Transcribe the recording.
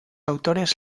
autores